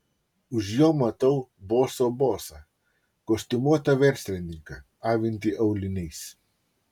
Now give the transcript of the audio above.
už jo matau boso bosą kostiumuotą verslininką avintį auliniais